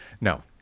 no